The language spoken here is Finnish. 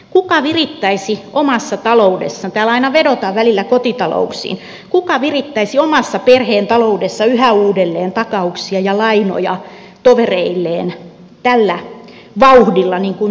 kuka virittäisi omassa taloudessaan täällä aina vedotaan välillä kotitalouksiin kuka virittäisi oman perheensä taloudessa yhä uudelleen takauksia ja lainoja tovereilleen tällä vauhdilla kuin me nyt teemme